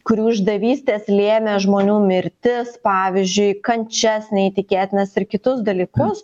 kurių išdavystės lėmė žmonių mirtis pavyzdžiui kančias neįtikėtinas ir kitus dalykus